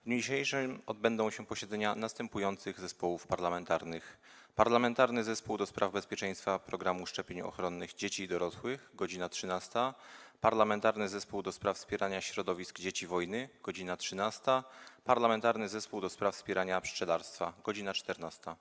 W dniu dzisiejszym odbędą się posiedzenia następujących zespołów parlamentarnych: - Parlamentarnego Zespołu ds. Bezpieczeństwa Programu Szczepień Ochronnych Dzieci i Dorosłych - godz. 13, - Parlamentarnego Zespołu ds. Wspierania Środowisk Dzieci Wojny - godz. 13, - Parlamentarnego Zespołu ds. wspierania pszczelarstwa - godz. 14.